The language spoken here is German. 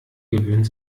gewöhnt